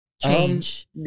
change